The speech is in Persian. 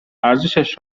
ارزشش